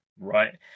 right